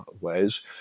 ways